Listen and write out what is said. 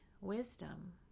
wisdom